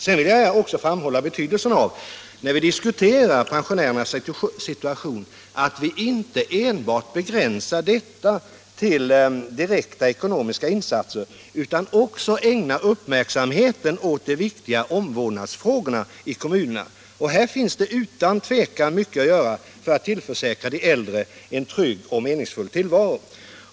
Jag vill också framhålla betydelsen av att vi, när vi diskuterar pensionärernas situation, inte begränsar oss till enbart direkta ekonomiska insatser utan även ägnar uppmärksamhet åt de viktiga omvårdnadsfrågorna i kommunerna. Här finns det utan tvivel mycket att göra för att tillförsäkra de äldre en trygg och meningsfull tillvaro.